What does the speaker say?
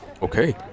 Okay